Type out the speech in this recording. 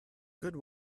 good